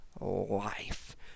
life